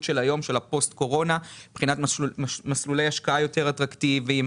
של הפוסט קורונה מבחינת מסלולי השקעה יותר אטרקטיביים,